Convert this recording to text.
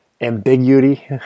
ambiguity